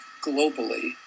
globally